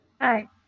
Hi